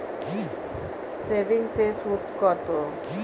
সেভিংসে সুদ কত?